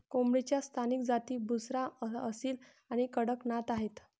कोंबडीच्या स्थानिक जाती बुसरा, असील आणि कडकनाथ आहेत